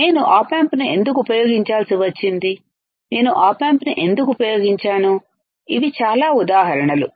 నేను ఆప్ ఆంప్ను ఎందుకు ఉపయోగించాల్సి వచ్చింది నేను ఆప్ ఆంప్ను ఎందుకు ఉపయోగించాను ఇవి చాలా ఉదాహరణలు